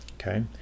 Okay